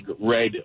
red